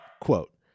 Quote